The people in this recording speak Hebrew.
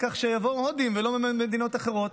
כך שיבואו הודים ולא ממדינות אחרות.